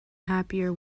happier